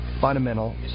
fundamental